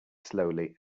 slowly